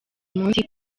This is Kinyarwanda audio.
munsi